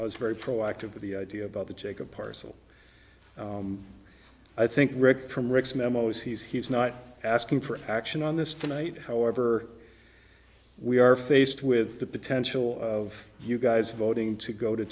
i was very proactive with the idea about the take a parcel i think rick from rick's memo is he's he's not asking for action on this tonight however we are faced with the potential of you guys voting to go to